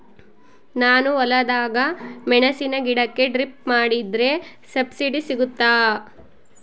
ನಾನು ಹೊಲದಾಗ ಮೆಣಸಿನ ಗಿಡಕ್ಕೆ ಡ್ರಿಪ್ ಮಾಡಿದ್ರೆ ಸಬ್ಸಿಡಿ ಸಿಗುತ್ತಾ?